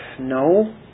No